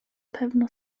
pewno